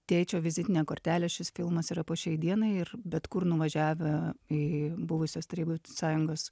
tėčio vizitine kortelė šis filmas yra po šiai dienai ir bet kur nuvažiavę į buvusios tarybų sąjungos